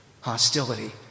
hostility